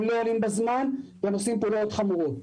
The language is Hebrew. הם לא עומדים בזמנים והם עושים פעולות חמורות.